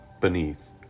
beneath